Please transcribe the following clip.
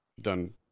done